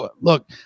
look